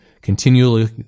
continually